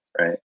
Right